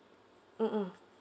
mmhmm